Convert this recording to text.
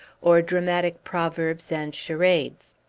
or dramatic proverbs and charades.